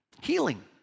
Healing